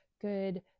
good